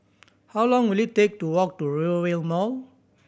how long will it take to walk to Rivervale Mall